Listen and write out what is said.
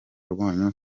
rwanyu